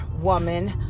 woman